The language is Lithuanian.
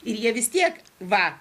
ir jie vis tiek va